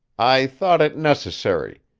i thought it necessary.